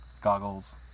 goggles